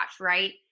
right